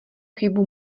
chybu